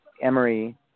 emory